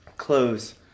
Clothes